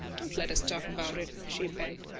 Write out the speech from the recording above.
don't let us talk about it, she begged.